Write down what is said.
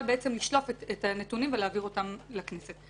לשלוף את הנתונים ולהעביר אותם לכנסת.